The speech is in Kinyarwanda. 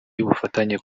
y’ubufatanye